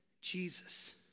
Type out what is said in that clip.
Jesus